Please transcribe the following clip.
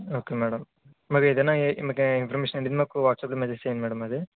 okay madam మరి ఏదన్నా ఇంక ఇన్ఫర్మేషన్ ఉంటే మాకు వాట్సాప్ లో మెసేజ్ చేయండి మ్యాడమ్ అది